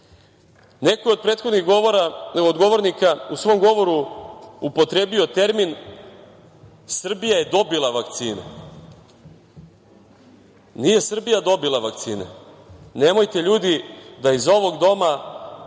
je od prethodnih govornika u svom govoru upotrebio termin – Srbija je dobila vakcine. Nije Srbija dobila vakcine. Nemojte ljudi da iz ovog Doma